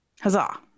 huzzah